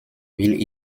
villes